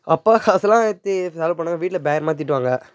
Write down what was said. அப்பா காசெல்லாம் எடுத்து செலவு பண்ணால் வீட்டில் பயங்கரமாக திட்டுவாங்க